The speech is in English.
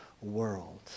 world